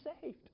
saved